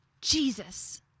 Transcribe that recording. Jesus